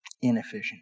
inefficient